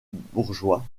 bourgeois